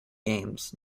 games